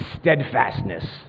steadfastness